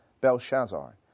Belshazzar